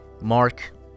Mark